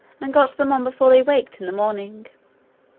and got them on before they waked in the morning.